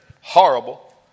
horrible